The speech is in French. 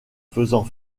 faisant